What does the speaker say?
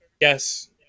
yes